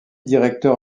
directeur